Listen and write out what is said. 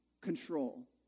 control